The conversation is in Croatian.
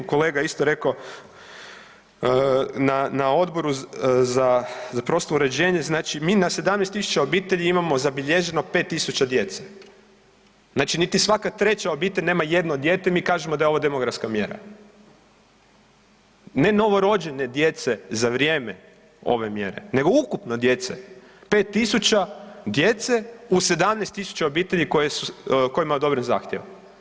Kolega je isto rekao na Odboru za prostorno uređenje, znači mi na 17.000 obitelji imamo zabilježeno 5.000 djece, znači niti svaka treća obitelj nema jedno dijete, mi kažemo da je ovo demografska mjera, ne novorođene djece za vrijeme ove mjere nego ukupno djece 5.000 djece u 17.000 obitelji kojima je odobren zahtjev.